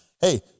Hey